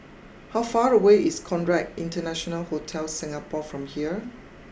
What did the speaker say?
how far away is Conrad International Hotel Singapore from here